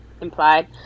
implied